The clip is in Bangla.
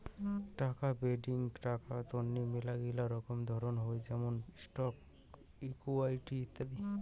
টাকা বাডেঙ্নি টাকা তন্নি মেলাগিলা রকমের ধরণ হই যেমন স্টকস, ইকুইটি ইত্যাদি